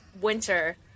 winter